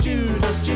Judas